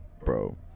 Bro